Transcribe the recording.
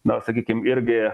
na sakykim irgi